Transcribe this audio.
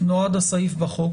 נועד הסעיף בחוק